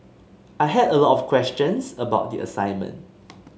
I had a lot of questions about the assignment